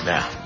Now